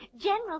General